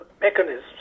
mechanisms